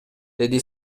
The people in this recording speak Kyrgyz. деди